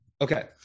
Okay